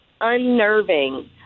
unnerving